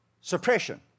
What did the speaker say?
suppression